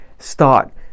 start